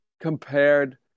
compared